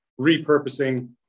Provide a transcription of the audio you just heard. repurposing